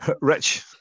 Rich